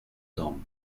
dom